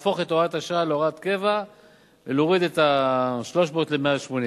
להפוך את הוראת השעה להוראת קבע ולהוריד את ה-300 ל-180.